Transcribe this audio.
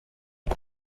bwo